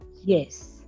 yes